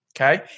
okay